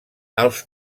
els